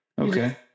Okay